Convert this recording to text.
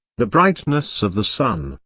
the brightness of the sun,